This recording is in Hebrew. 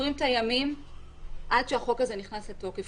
סופרים את הימים עד שהחוק הזה נכנס לתוקף,